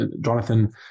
Jonathan